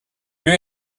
lieu